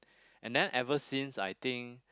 and then ever since I think